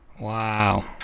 Wow